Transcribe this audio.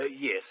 Yes